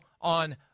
on